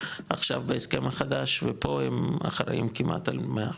עכשיו בהסכם החדש ופה הם אחראים כמעט על מאה אחוז.